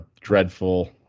dreadful